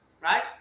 right